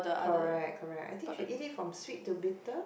correct correct I think should eat it from sweet to bitter